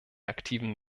aktiven